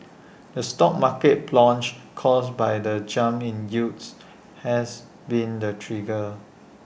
the stock market plunge caused by the jump in yields has been the trigger